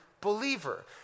believer